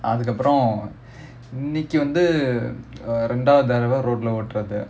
அதுக்கு அப்புறம் இன்னிக்கி வந்து:athukku appuram inikki vanthu uh ரெண்டாவுது தடவ:rendaavuthu thadava road leh ஓடுறது:odurathu